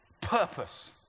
purpose